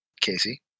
Casey